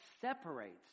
separates